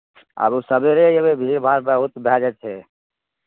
आबू सवेरे अयबै भीड़भाड़ बहुत भए जेतै